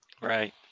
Right